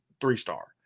three-star